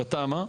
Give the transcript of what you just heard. בתמ"א,